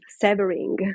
severing